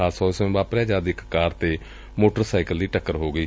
ਹਾਦਸਾ ਉਸ ਸਮੇਂ ਵਾਪਰਿਆ ਜਦ ਇਕ ਕਾਰ ਅਤੇ ਮੋਟਰ ਸਾਈਕਲ ਦੀ ੱਟੱਕਰ ਹੋ ਗਈ